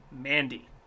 Mandy